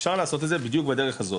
אפשר לעשות את זה בדרך הזאת,